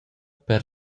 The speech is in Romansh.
per